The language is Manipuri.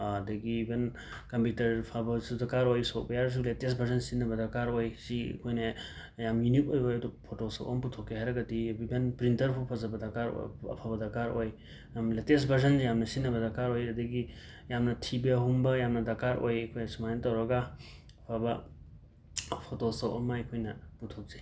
ꯑ ꯑꯗꯒꯤ ꯏꯚꯟ ꯀꯝꯄ꯭ꯌꯨꯇꯔ ꯐꯕꯁꯨ ꯗꯔꯀꯥꯔ ꯑꯣꯏ ꯁꯣꯞꯋꯦꯌꯔꯁꯨ ꯂꯦꯇꯦꯁꯠ ꯚꯔꯖꯟ ꯁꯤꯖꯤꯟꯅꯕ ꯗꯔꯀꯥꯔ ꯑꯣꯏ ꯁꯤ ꯑꯃꯅꯦ ꯌꯥꯝꯅ ꯌꯨꯅꯤꯛ ꯑꯣꯏꯕ ꯐꯣꯇꯣꯁꯣꯞ ꯑꯃ ꯄꯨꯊꯣꯛꯀꯦ ꯍꯥꯏꯔꯒꯗꯤ ꯏꯚꯟ ꯄ꯭ꯔꯤꯟꯇꯔ ꯁꯨ ꯐꯖꯕ ꯗꯔꯀꯥꯔ ꯑꯣꯏ ꯑꯐꯕ ꯗꯔꯀꯥꯔ ꯑꯣꯏ ꯑꯝ ꯂꯦꯇꯦꯁꯠ ꯚꯔꯖꯟ ꯌꯥꯝꯅ ꯁꯤꯖꯟꯅꯕ ꯗꯔꯀꯥꯔ ꯑꯣꯏ ꯑꯗꯒꯤ ꯌꯥꯝꯅ ꯊꯤꯕꯍꯨꯝꯕ ꯌꯥꯝꯅ ꯗꯔꯀꯥꯔ ꯑꯣꯏ ꯑꯗꯨꯃꯥꯏ ꯇꯧꯔꯒ ꯑꯐꯕ ꯐꯣꯇꯣꯁꯣꯞ ꯑꯃ ꯑꯩꯈꯣꯏ ꯄꯨꯊꯣꯛꯆꯩ